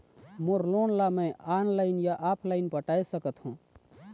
मोर loan ला मैं online या ऑफलाइन पटाए सकथों?